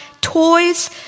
toys